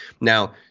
Now